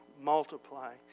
multiply